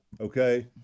okay